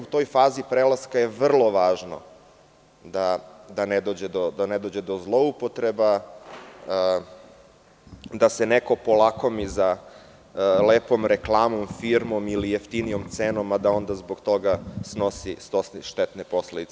U toj fazi prelaska je vrlo važno da ne dođe do zloupotreba, da se neko polakomi za lepom reklamom, firmom ili jeftinijom cenom, a da onda zbog toga snosi štetne posledice.